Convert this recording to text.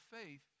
faith